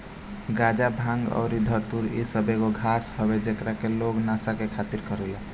गाजा, भांग अउरी धतूर इ सब एगो घास हवे जेकरा से लोग नशा के खातिर करेले